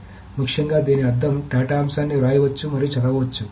కాబట్టి ముఖ్యంగా దీని అర్థం డేటా అంశాన్ని వ్రాయవచ్చు మరియు చదవవచ్చు